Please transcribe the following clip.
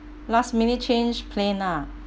last minute change plan lah